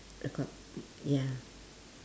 the com ya